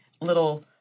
little